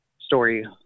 story